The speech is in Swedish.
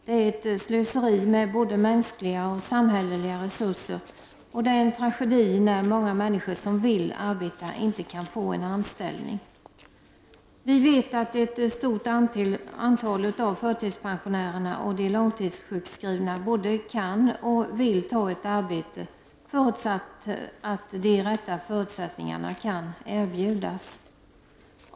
Det är ett slöseri med både mänskliga och samhälleliga resurser. Det är en tragedi när människor som vill arbeta inte kan få en anställning. Vi vet att ett stort antal av förtidspensionärerna och de långtidssjukskrivna både kan och vill ta ett arbete, förutsatt att de rätta förutsättningarna kan erbjudas.